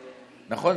נכון?